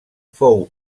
fou